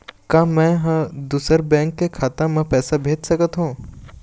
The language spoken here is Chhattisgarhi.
का मैं ह दूसर बैंक के खाता म पैसा भेज सकथों?